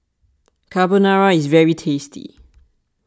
Carbonara is very tasty